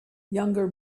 younger